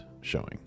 showing